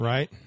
Right